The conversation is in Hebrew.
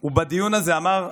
הוא בדיון הזה אמר: